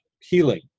healing